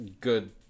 good